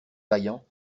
vaillant